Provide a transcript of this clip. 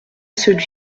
celui